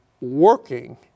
working